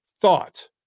thought